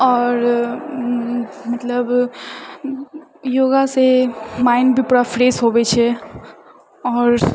आओर मतलब योगा से माइंड भी पूरा फ्रेश होवे छै आओर